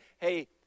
hey